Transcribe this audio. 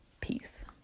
peace